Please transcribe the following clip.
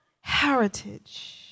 heritage